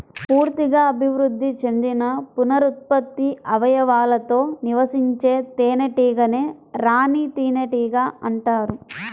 పూర్తిగా అభివృద్ధి చెందిన పునరుత్పత్తి అవయవాలతో నివసించే తేనెటీగనే రాణి తేనెటీగ అంటారు